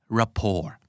rapport